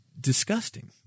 disgusting